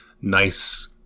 nice